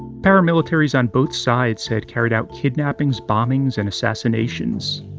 paramilitaries on both sides had carried out kidnappings, bombings, and assassinations.